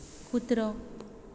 कुत्रो